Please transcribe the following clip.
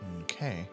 Okay